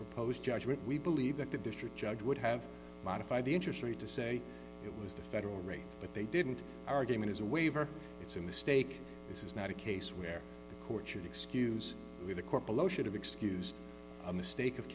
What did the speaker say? proposed judgment we believe that the district judge would have modified the interest rate to say it was the federal rate but they didn't argument is a waiver it's a mistake this is not a case where courts should excuse me the court below should have excused a mistake of